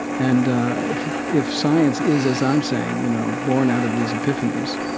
and ah if if science is, as i'm saying, you know, born out of these epiphanies,